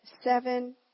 seven